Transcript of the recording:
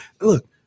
Look